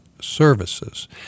services